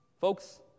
folks